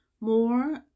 more